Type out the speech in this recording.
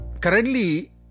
currently